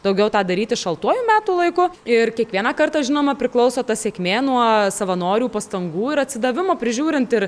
daugiau tą daryti šaltuoju metų laiku ir kiekvieną kartą žinoma priklauso ta sėkmė nuo savanorių pastangų ir atsidavimo prižiūrint ir